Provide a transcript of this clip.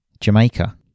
Jamaica